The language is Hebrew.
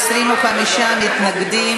מי נגד?